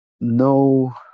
no